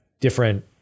different